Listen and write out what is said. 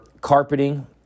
carpeting